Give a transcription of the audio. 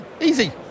easy